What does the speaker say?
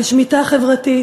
על שמיטה חברתית,